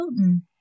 Putin